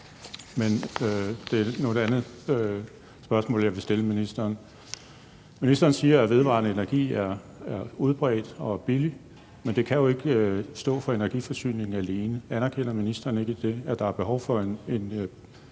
det er nu noget andet, jeg vil spørge ministeren om. Ministeren siger, at vedvarende energi er udbredt og billig, men det kan jo ikke stå for energiforsyningen alene. Anerkender ministeren ikke, at der er behov for et